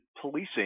Policing